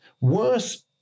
worse